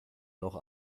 noch